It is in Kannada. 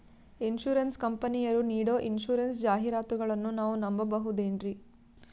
ಇನ್ಸೂರೆನ್ಸ್ ಕಂಪನಿಯರು ನೀಡೋ ಇನ್ಸೂರೆನ್ಸ್ ಜಾಹಿರಾತುಗಳನ್ನು ನಾವು ನಂಬಹುದೇನ್ರಿ?